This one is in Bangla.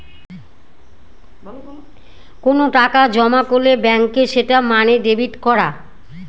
কোনো টাকা জমা করলে ব্যাঙ্কে সেটা মানে ডেবিট করা